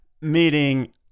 meeting